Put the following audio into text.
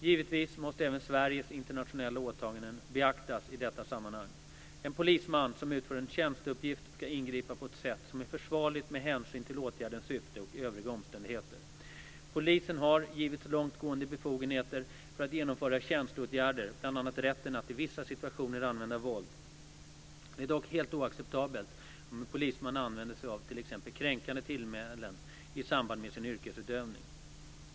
Givetvis måste även Sveriges internationella åtaganden beaktas i detta sammanhang. En polisman som utför en tjänsteuppgift ska ingripa på ett sätt som är försvarligt med hänsyn till åtgärdens syfte och övriga omständigheter. Polisen har givits långt gående befogenheter för att genomföra tjänsteåtgärder, bl.a. rätten att i vissa situationer använda våld. Det är dock helt oacceptabelt om en polisman använder sig av t.ex. kränkande tillmälen i samband med sin yrkesutövning.